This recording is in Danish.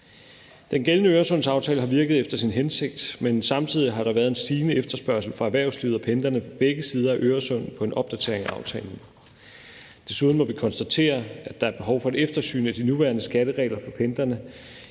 Den gældende Øresundsaftale har virket efter sin hensigt, men samtidig har der været en stigende efterspørgsel fra erhvervslivet og pendlerne på begge sider af Øresund på en opdatering af aftalen. Desuden må vi konstatere, at der er behov for et eftersyn af de nuværende skatteregler for pendlerne.